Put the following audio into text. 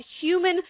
human